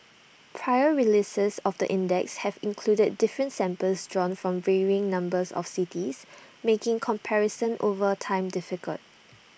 prior releases of the index have included different samples drawn from varying numbers of cities making comparison over time difficult